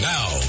Now